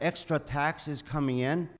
extra tax is coming in